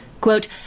Quote